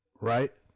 Right